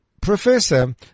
Professor